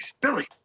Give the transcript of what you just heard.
Billy